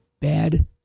bad